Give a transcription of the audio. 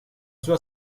sua